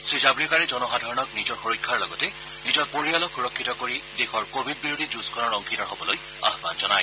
শ্ৰীজাৱভৰেকাৰে জনসাধাৰণক নিজৰ সুৰক্ষাৰ লগতে নিজৰ পৰিয়ালক সুৰক্ষিত কৰি দেশৰ কভিডবিৰোধী যুঁজখনৰ অংশীদাৰ হ'বলৈ আহ্বান জনায়